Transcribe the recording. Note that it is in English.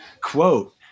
quote